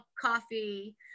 coffee